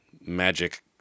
magic